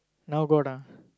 now got ah